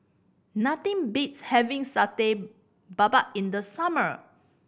nothing beats having Satay Babat in the summer